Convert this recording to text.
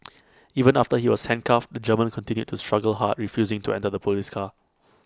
even after he was handcuffed the German continued to struggle hard refusing to enter the Police car